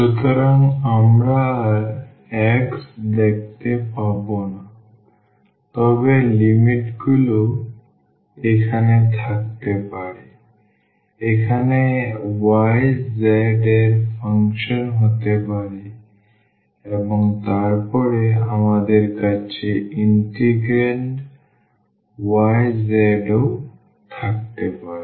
সুতরাং আমরা আর x দেখতে পাব না তবে লিমিটগুলি এখানে থাকতে পারে এখানে y z এর ফাংশন হতে পারে এবং তারপরে আমাদের কাছে ইন্টিগ্রান্ড y z ও থাকবে